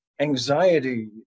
anxiety